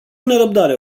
nerăbdare